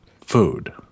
food